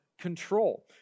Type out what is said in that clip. control